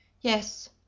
Yes